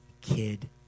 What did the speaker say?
kid